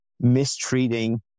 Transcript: mistreating